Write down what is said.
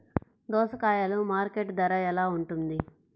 దోసకాయలు మార్కెట్ ధర ఎలా ఉంటుంది?